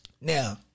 now